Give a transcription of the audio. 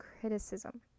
criticism